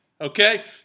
okay